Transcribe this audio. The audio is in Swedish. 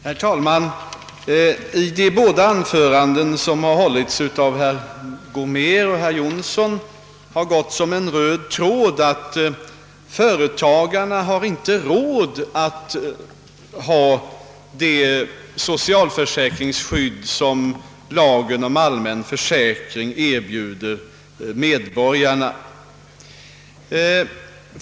Herr talman! Genom de båda anföranden som här hållits av herr Gomér och herr Jonsson har det gått som en röd tråd att företagarna inte har råd att betala det socialförsäkringsskydd som lagen om allmän försäkring erbjuder medborgarna.